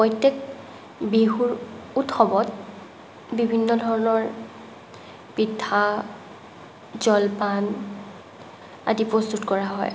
প্ৰত্যেক বিহুৰ উৎসৱত বিভিন্ন ধৰণৰ পিঠা জলপান আদি প্ৰস্তুত কৰা হয়